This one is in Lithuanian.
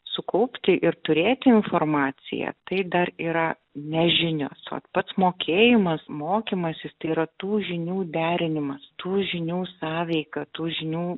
sukaupti ir turėti informaciją tai dar yra ne žinios vat pats mokėjimas mokymasis tai yra tų žinių derinimas tų žinių sąveika tų žinių